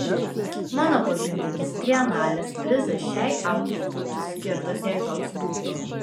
mano pagrindinis trienalės prizas šiai autorei būtų skirtas jei toks būtų